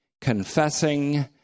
confessing